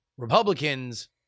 Republicans